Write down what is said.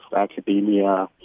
academia